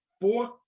four